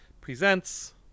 Presents